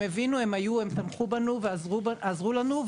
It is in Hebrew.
הם בטחו בנו ועזרו לנו,